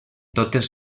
totes